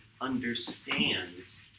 understands